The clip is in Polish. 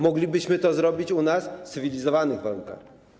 Moglibyśmy to robić u nas w cywilizowanych warunkach.